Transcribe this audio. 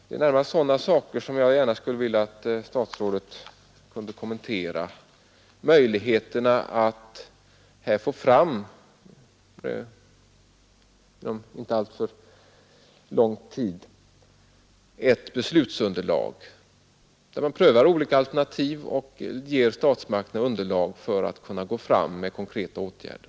Det är närmast sådana saker som jag gärna skulle vilja be statsrådet kommentera, liksom möjligheterna att här inom en inte alltför lång tid få fram ett beslutsunderlag, varvid man prövar olika alternativ och ger statsmakterna underlag för att kunna gå fram med konkreta åtgärder.